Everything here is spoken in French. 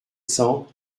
cents